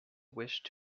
wished